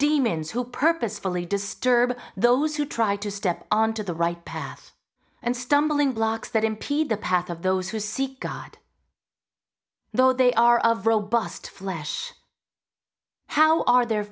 demons who purposefully disturb those who try to step on to the right path and stumbling blocks that impede the path of those who seek god though they are of robust flesh how are their